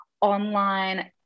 online